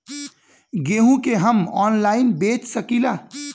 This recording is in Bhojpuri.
गेहूँ के हम ऑनलाइन बेंच सकी ला?